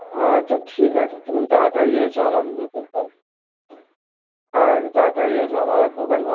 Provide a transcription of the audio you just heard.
আচ্ছা ঠিক আছে তুমি তাড়াতাড়ি এসো আমার দোকান হ্যাঁ হ্যাঁ একটু তাড়াতাড়ি এসো আমার দোকান বন